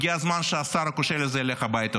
הגיע הזמן שהשר הכושל הזה ילך הביתה.